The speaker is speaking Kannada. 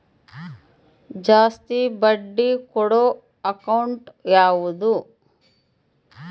ಜಾಸ್ತಿ ಬಡ್ಡಿ ಕೊಡೋ ಅಕೌಂಟ್ ಯಾವುದು?